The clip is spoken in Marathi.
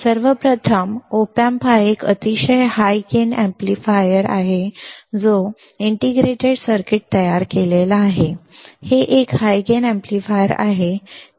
सर्वप्रथम ऑप अँप हा एक अतिशय हाय गेन एम्पलीफायरउच्च लाभवर्धक एम्पलीफायर आहे जो एकात्मिक सर्किटवर तयार केला आहे हे एक हाय गेन एम्पलीफायर आहे आहे